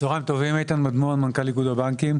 צוהריים טובים, אני מנכ"ל איגוד הבנקים.